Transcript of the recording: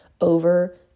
over